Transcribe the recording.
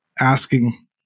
asking